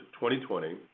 2020